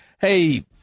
Hey